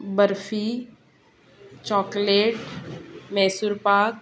barfi chocolate Mysore Pak